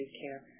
care